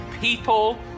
people